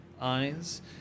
eyes